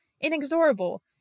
inexorable